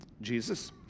Jesus